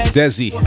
Desi